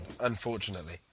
unfortunately